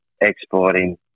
exporting